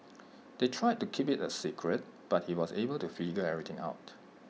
they tried to keep IT A secret but he was able to figure everything out